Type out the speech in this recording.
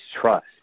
trust